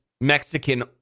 Mexican